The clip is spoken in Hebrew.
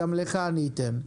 גם לך אני אתן.